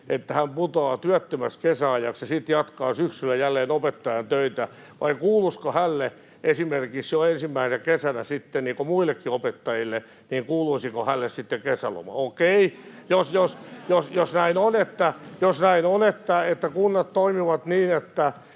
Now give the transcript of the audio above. että hän putoaa työttömäksi kesän ajaksi ja sitten jatkaa syksyllä jälleen opettajan töitä, vai kuuluisiko hänelle esimerkiksi jo ensimmäisenä kesänä kesäloma niin kuin muillekin opettajille? Okei, jos näin on, että kunnat toimivat niin, että